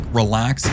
relax